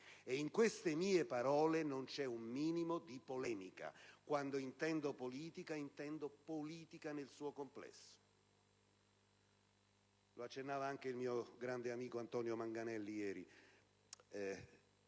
(e in queste mie parole non c'è un minimo di polemica: quando intendo politica, la intendo nel suo complesso). Lo accennava anche il mio grande amico Antonio Manganelli ieri: